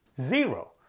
Zero